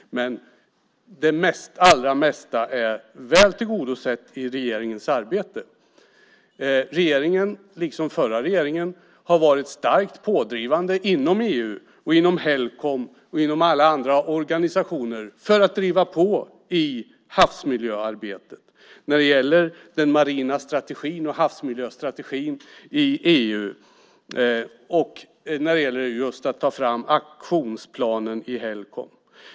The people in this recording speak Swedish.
Men det allra mesta är väl tillgodosett i regeringens arbete. Den nuvarande regeringen liksom den förra regeringen har varit starkt pådrivande inom EU, Helcom och alla andra organisationer för att driva på havsmiljöarbetet. Det gäller den marina strategin och havsmiljöstrategin i EU och att ta fram aktionsplanen i Helcom.